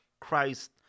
Christ